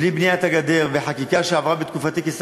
בלי בניית הגדר וחקיקה שעברה בתקופתי כשר